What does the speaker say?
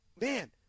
man